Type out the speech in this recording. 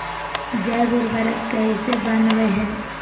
जैव उर्वरक कैसे वनवय हैय?